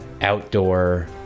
outdoor